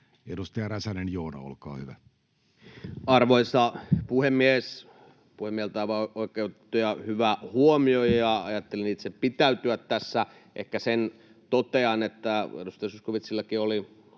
Edustaja Räsänen, Joona, olkaa hyvä. Arvoisa puhemies! Puhemieheltä aivan oikeutettu ja hyvä huomio, ja ajattelin itse pitäytyä tässä. Ehkä sen totean, että edustaja Zyskowiczillakin oli